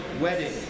wedding